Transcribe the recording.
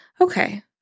Okay